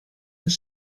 des